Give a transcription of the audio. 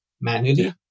manually